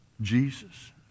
Jesus